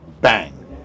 bang